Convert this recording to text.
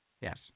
Yes